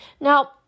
Now